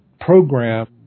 program